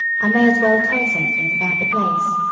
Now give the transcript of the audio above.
i may as well tell something about the place.